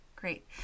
Great